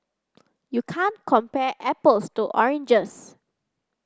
you can't compare apples to oranges